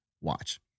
watch